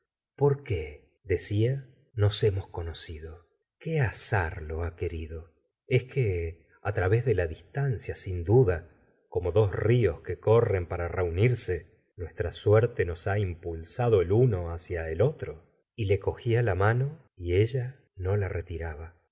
por qué decía nos hemos conocido qué azar lo ha querido es qué través de la distancia sin duda como dos ríos que corren para reunirse nuestra suerte nos ha impulsado el uno hacia el otro y le cogía la mano y ella no la retiraba